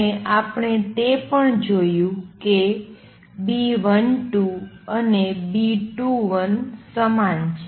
અને આપણે તે પણ જોયું કે B12 અને B21 સમાન છે